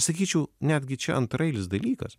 sakyčiau netgi čia antraeilis dalykas